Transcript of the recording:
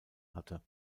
hatte